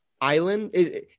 island